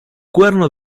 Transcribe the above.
cuerno